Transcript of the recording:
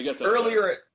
earlier